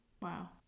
Wow